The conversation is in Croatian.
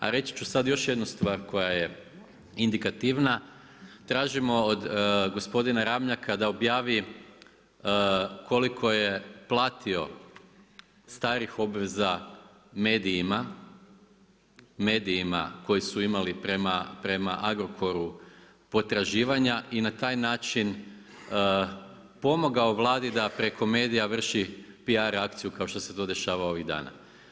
A reći ću sada još jednu stvar koja je indikativna, tražimo od gospodina Ramljaka da objavi koliko je platio starih obveza medijima, medijima koji su imali prema Agrokoru potraživanja i na taj način pomogao Vladi da preko medija vrši PR akciju kao što se to dešava ovih dana.